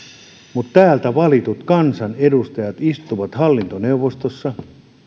mutta täältä valitut kansanedustajat istuvat hallintoneuvostossa